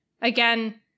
again